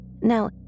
Now